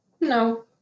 No